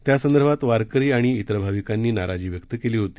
त्यासंदर्भात वारकरी आणि अन्य भाविकांनीही नाराजी व्यक्त केली होती